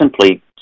simply